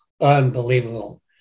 unbelievable